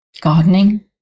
gardening